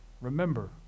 Remember